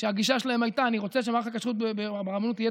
כשהגישה שלהם הייתה: אני רוצה שמערך הכשרות ברבנות יהיה